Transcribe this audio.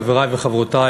חברי וחברותי,